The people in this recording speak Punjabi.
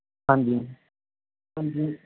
ਹਾਂਜੀ ਹਾਂਜੀ